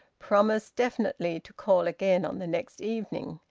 promise definitely to call again on the next evening.